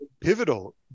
pivotal